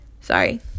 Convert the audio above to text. Sorry